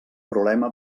problema